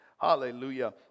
Hallelujah